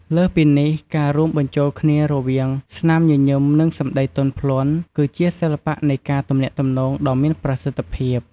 លើសពីនេះការរួមបញ្ចូលគ្នារវាង ស្នាមញញឹម និងសម្ដីទន់ភ្លន់ គឺជាសិល្បៈនៃការទំនាក់ទំនងដ៏មានប្រសិទ្ធភាព។